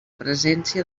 presència